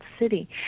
city